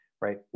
right